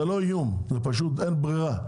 זה לא איום, זה פשוט אין ברירה,